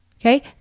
Okay